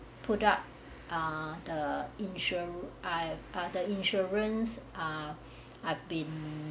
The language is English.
product err the insur~ ah I ah the insurance ah I've been